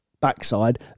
backside